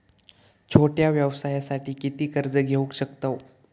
छोट्या व्यवसायासाठी किती कर्ज घेऊ शकतव?